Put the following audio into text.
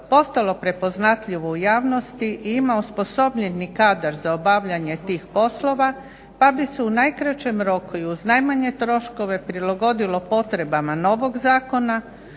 postalo prepoznatljivo u javnosti i ima osposobljeni kadar za obavljanje tih poslova pa bi se u najkraćem roku i uz najmanje troškove prilagodilo potrebama novog zakona,